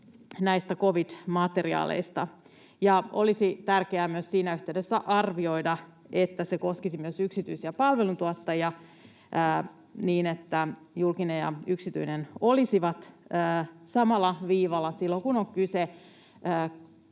kuitenkin EU-tasolla. Ja olisi tärkeää myös siinä yhteydessä arvioida, että se koskisi myös yksityisiä palveluntuottajia, niin että julkinen ja yksityinen olisivat samalla viivalla silloin kun on kyse